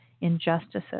injustices